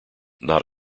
not